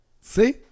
See